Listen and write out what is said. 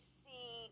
see